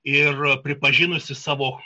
ir pripažinusi savo